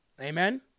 amen